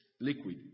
liquid